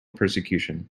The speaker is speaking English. persecution